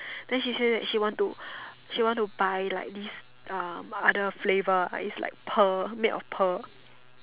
then she say that she want to she want to buy like this uh other flavour like this like pearl made of pearl